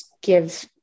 give